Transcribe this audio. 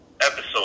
episode